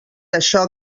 això